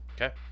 Okay